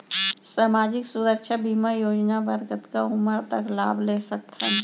सामाजिक सुरक्षा बीमा योजना बर कतका उमर तक लाभ ले सकथन?